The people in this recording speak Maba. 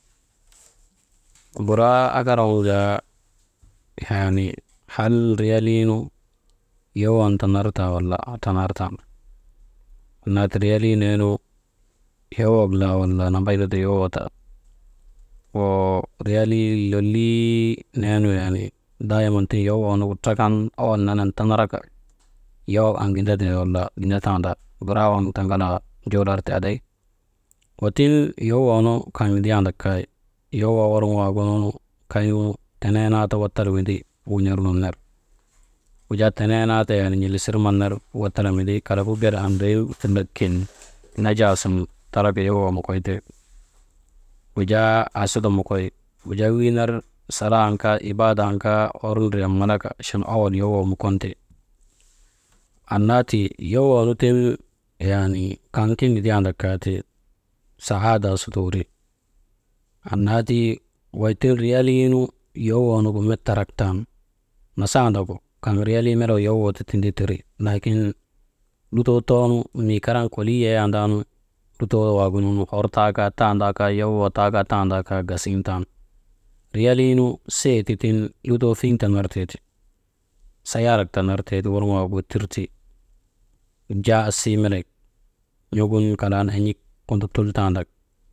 Buraa akar waŋ jaa yaanii hal riyalii nu yowon tanar taa wala tanartan annaa ti riyalii neenu, yowuk laa, wala riyalii nambayka ti yowok laa, woo riyalii lolii neenu yaani, dayman yowoonu trakan owol nene tanaraka yowok an gindate wala gindatan, buraa waŋgu ti ŋalaa njol artee aday wa tiŋ yowoo nu kaŋ nidiyaandak kay, yowoo worŋoo waagu nu kaznu tiŋ naa ti Wattala windi, wun̰ernun ner wujaa tenee naa ti yaani n̰ilisir man ner Wattala mindi, kalagu ger andrii kulak kin najaa sun talaka yowoo mukon te, wujaa aasuta mukoy, wujaa wii ner salaam kaa ibaadan kaa, hor ndriyan. Malaka achan owol yowoo mukonte, anna ti yowoonu tiŋ yaanii kaŋ ke nidiyandak kay saadaa suta wuri anna ti wey tiŋ riyalii nu yowoonugu met tarak tan nasandagu kaŋ riyalii melegu yowoo ti tindi tiri, laakin lutoo too nu mii karan kolii yayandaa nu lutoo waagunu hor taa kaa, tandakaa, yowoo taa kaa tanda kaa, gasiŋ tan riyalii nu seeti tiŋ lutoo lolii tanartee ti, sayaarak tanartee ti warŋawak wetir ti, jaa asii melek n̰ogun kalaa nu en̰ik kunduttaandak.